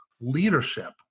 leadership